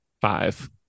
five